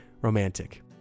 romantic